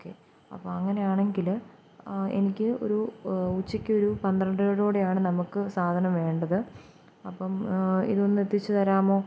okay അപ്പോള് അങ്ങനെ ആണങ്കില് എനിക്ക് ഒരു ഉച്ചക്ക് ഒരു പന്ത്രണ്ടരയോട് കൂടിയാണ് നമുക്ക് സാധനം വേണ്ടത് അപ്പോള് ഇതൊന്നെത്തിച്ച് തരാമോ